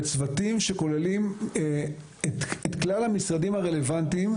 בצוותים שכוללים את כלל המשרדים הרלוונטיים,